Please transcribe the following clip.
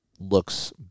Looks